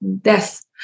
death